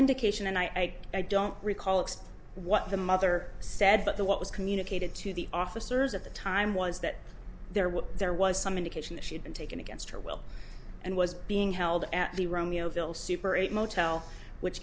indication and i i don't recall except what the mother said but the what was communicated to the officers at the time was that there was there was some indication that she had been taken against her will and was being held at the romeoville super eight motel which